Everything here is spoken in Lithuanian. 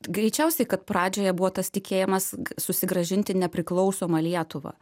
greičiausiai kad pradžioje buvo tas tikėjimas susigrąžinti nepriklausomą lietuvą